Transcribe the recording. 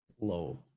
low